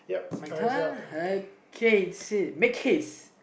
my turn okay make case